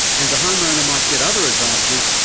and the home owner might get other advantages,